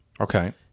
Okay